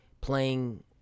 playing